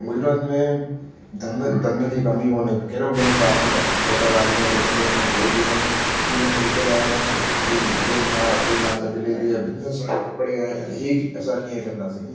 गुजरात में धंधनि धंधनि जी कमी कोन्हे कहिड़ो बि धंधो त हलाइनि था सौ टका हली वेंदो धंधो हिन में कोई बि कोन्हे जीअं हिन में लिखयल आहे हाणे फ़्रील फ़्रीलां फ़्रीलांसर डिलीवरी जा बिजनिस आहे कपिड़े ऐं हीउ असां कीअं कंदासीं ईअं